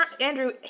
Andrew